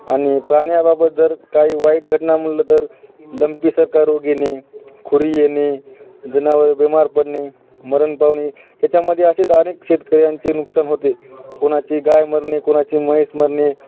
आणि प्राण्याबाबत जर काही वाईट घटना म्हणलं तर लंपीसारखा रोग येणे खुरी येणे जनावर बिमार पडणे मरण पावणे याच्यामध्ये असेच अनेक शेतकऱ्यांचे नुकसान होते कोणाची गाय मरणे कोणाची म्हैस मरणे